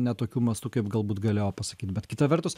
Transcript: ne tokiu mastu kaip galbūt galėjo pasakyt bet kita vertus